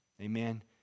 Amen